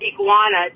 iguana